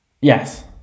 Yes